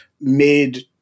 made